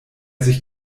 sich